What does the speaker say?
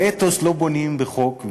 אבל אתוס לא בונים בחוק,